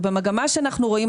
ובמגמה שאנחנו רואים,